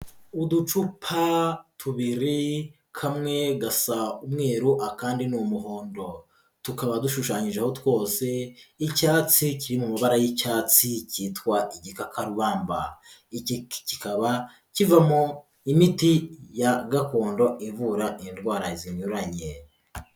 Uducupa tubiri kamwe gasa umweru akandi ni umuhondo, tukaba dushushanyijeho twose icyatsi kiri mu mabara y'icyatsi kitwa igikakarubamba, iki kikaba kivamo imiti ya gakondo ivura indwara zinyuranye.